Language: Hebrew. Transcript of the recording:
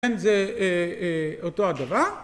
כן זה אותו הדבר